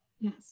Yes